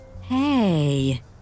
Hey